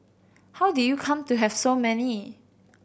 how did you come to have so many